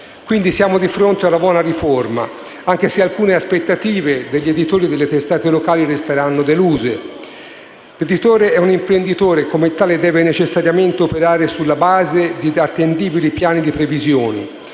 siamo di fronte a una buona riforma, anche se alcune aspettative degli editori delle testate locali resteranno deluse. L'editore è un imprenditore e, come tale, deve necessariamente operare sulla base di attendibili piani di previsione,